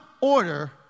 order